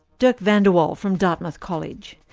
dirk vandewalle from dartmouth college.